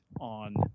on